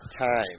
time